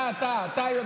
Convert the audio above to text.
אתה, אתה, אתה יודע.